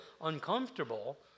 uncomfortable